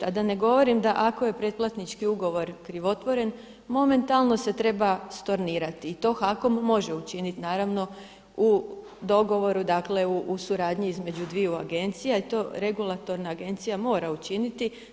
A da ne govorim ako je pretplatnički ugovor krivotvoren, momentalno se treba stornirati i to HAKOM može učiniti naravno u dogovoru u suradnji između dvije agencija i to regulatorna agencija mora učiniti.